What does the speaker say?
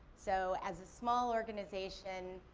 so, as a small organization,